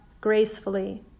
gracefully